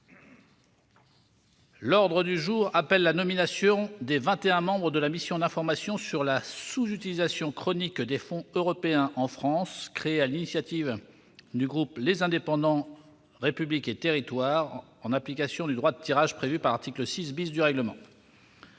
L'ordre du jour appelle la nomination des 21 membres de la mission d'information sur la sous-utilisation chronique des fonds européens en France, créée à l'initiative du groupe les Indépendants-République et Territoires, en application du droit de tirage prévu par l'article 6 du règlement.